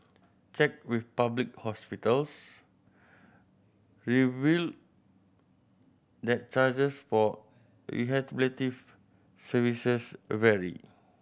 check with public hospitals revealed that charges for rehabilitative services vary